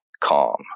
calm